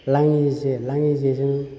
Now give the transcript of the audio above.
लाङि जे लाङि जेजों